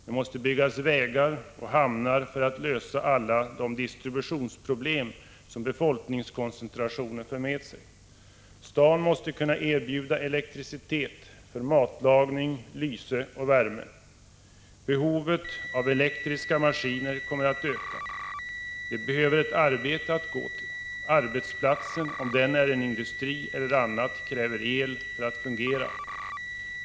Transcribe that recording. Det måste byggas vägar och hamnar för att lösa alla de distributionsproblem som befolkningskoncentrationer för med sig. Staden måste kunna erbjuda elektricitet för matlagning, lyse och värme. Behovet av elektriska maskiner kommer att öka. Människorna behöver ett arbete att gå till. Arbetsplatsen — om den är en industri eller något annat — kräver el för att fungera.